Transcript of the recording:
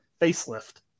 facelift